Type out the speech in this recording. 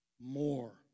more